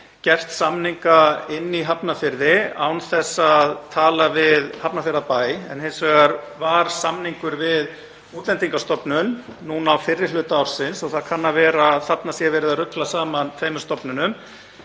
gert samninga í Hafnarfirði án þess að tala við Hafnarfjarðarbæ. En hins vegar var samningur við Útlendingastofnun á fyrri hluta ársins og það kann að vera að þarna sé verið að rugla saman tveimur stofnunum.